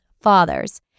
Fathers